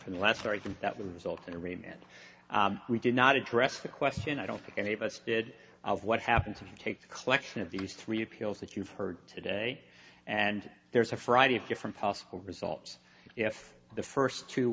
rematch we did not address the question i don't think any of us did of what happens if you take the collection of these three appeals that you've heard today and there's a friday of different possible results if the first two